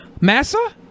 Massa